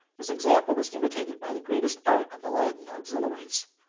his example was imitated by the greatest part of the latin auxiliaries,